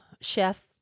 chef